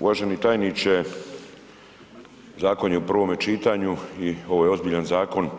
Uvaženi tajniče, zakon je u prvom čitanju i ovo je ozbiljan zakon